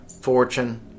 fortune